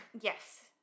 Yes